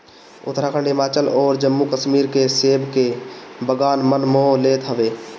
उत्तराखंड, हिमाचल अउरी जम्मू कश्मीर के सेब के बगान मन मोह लेत हवे